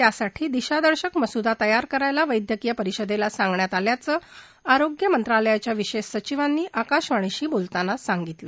त्यासाठी दिशादर्शक मसूदा तयार करायला वैद्यकिय परिषदेला सांगण्यात आल्याचं आरोग्य मंत्रालयाच्या विशेष सचिवांनी आकाशवाणीशी बोलताना सांगीतलं